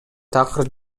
такыр